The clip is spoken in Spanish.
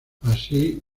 así